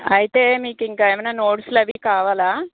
అయితే మీకు ఇంకా ఏవైనా నోట్స్లు అవీ కావాలా